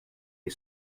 les